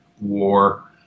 war